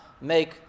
make